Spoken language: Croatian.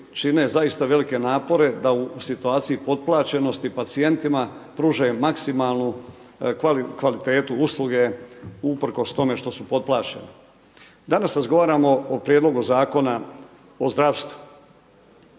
čine zaista velike napore da u situaciji potplaćenosti pacijentima pružaju maksimalnu kvalitetu usluge usprkos tome što su potplaćeni. Danas razgovaramo o prijedlog Zakona o zdravstvu.